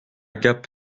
gap